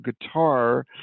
guitar